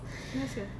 last ya